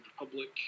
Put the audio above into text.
Republic